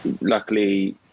luckily